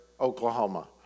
Oklahoma